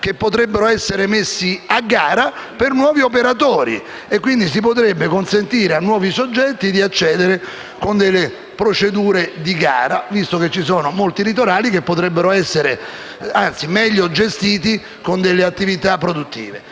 e potrebbero essere messi a gara per nuovi operatori. Quindi, si potrebbe consentire a nuovi soggetti di accedervi con delle procedure di gara, vista l'esistenza di molti litorali che potrebbero essere meglio gestiti con attività produttive.